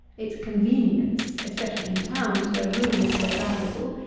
its convenience, especially in towns, where room is so valuable,